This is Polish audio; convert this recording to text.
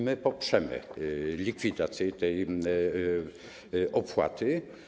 My poprzemy likwidację tej opłaty.